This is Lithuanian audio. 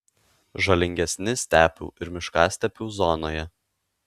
žalingesni stepių ir miškastepių zonoje